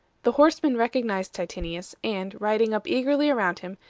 the horsemen recognized titinius, and, riding up eagerly around him,